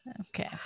okay